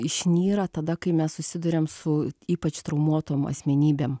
išnyra tada kai mes susiduriam su ypač traumuotom asmenybėm